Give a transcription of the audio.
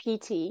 PT